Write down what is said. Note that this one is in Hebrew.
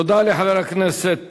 תודה לחבר הכנסת